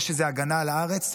זה שזו הגנה על הארץ,